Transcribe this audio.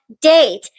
date